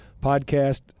podcast